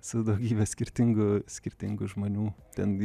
su daugybe skirtingų skirtingų žmonių ten